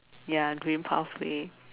ya green pathway